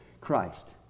Christ